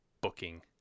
booking